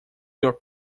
your